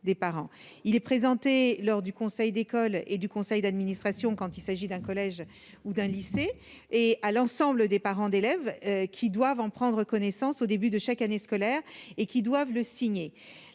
il est présenté lors du conseil d'école et du conseil d'administration quand il s'agit d'un collège ou d'un lycée et à l'ensemble des parents d'élèves qui doivent en prendre connaissance, au début de chaque année scolaire et qui doivent le signer,